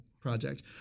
project